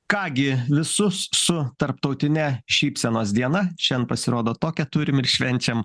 ką gi visus su tarptautine šypsenos diena šian pasirodo tokią turim ir švenčiam